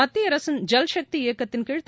மத்திய அரசின் ஜல்சக்தி இயக்கத்தின்கீழ்